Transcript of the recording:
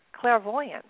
clairvoyance